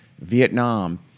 Vietnam